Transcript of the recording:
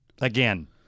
again